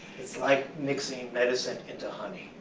it's like mixing medicine into honey.